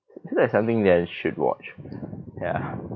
feels like something that I should watch ya